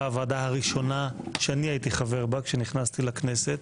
הוועדה הראשונה שאני הייתי חבר בה כשנכנסתי לכנסת.